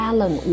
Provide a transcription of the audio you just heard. Alan